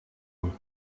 old